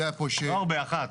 לא הרבה, אחת.